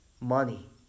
money